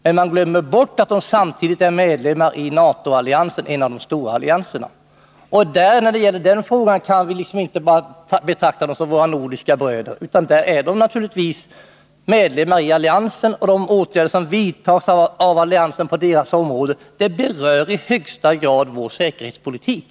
Men man glömmer då bort att de samtidigt är medlemmar i NATO-alliansen, en av de stora allianserna. När det gäller den frågan kan man inte betrakta dem som våra nordiska bröder — där är de naturligtvis medlemmar i alliansen, och de åtgärder som vidtas av alliansen på deras områden rör i högsta grad vår säkerhetspolitik.